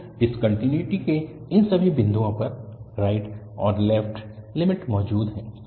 तो डिसकन्टिन्युटी के इन सभी बिंदुओं पर राइट और लेफ्ट लिमिट मौजूद है